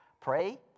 Pray